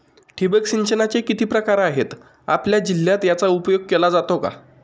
ठिबक सिंचनाचे किती प्रकार आहेत? आपल्या जिल्ह्यात याचा उपयोग केला जातो का?